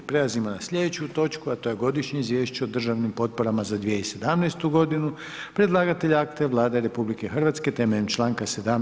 Prelazimo na slijedeću točku, a to je: - Godišnje izvješće o državnim potporama za 2017.g. Predlagatelj akta je Vlada RH temeljem čl. 17.